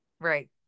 Right